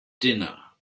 dinner